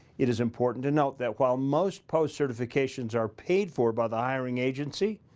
it is important to note that while most post certifications are paid for by the hiring agency,